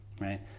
Right